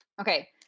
Okay